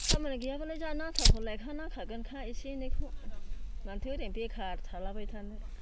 खामानि गैयाब्लालाय जानो आनथाखौ लायखा नांखागोनखा एसे एनैखौ माथो ओरैनो बेखार थालाबाय थानो